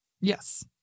Yes